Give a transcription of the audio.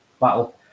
battle